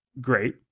great